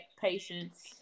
patience